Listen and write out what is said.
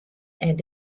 and